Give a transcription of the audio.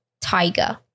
tiger